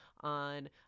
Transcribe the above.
on